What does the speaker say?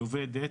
והיא עובדת.